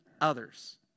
others